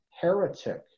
heretic